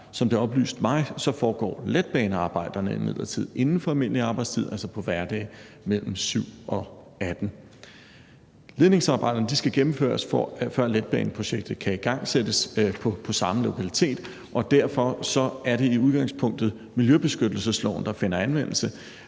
Som det er oplyst mig, foregår letbanearbejderne imidlertid inden for almindelig arbejdstid, altså på hverdage mellem kl. 7.00 og 18.00. Ledningsarbejderne skal gennemføres, før letbaneprojektet kan igangsættes på samme lokalitet, og derfor er det i udgangspunktet miljøbeskyttelsesloven, der finder anvendelse